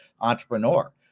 entrepreneur